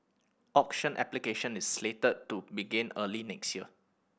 auction application is slated to begin early next year